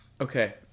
okay